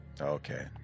Okay